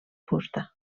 fusta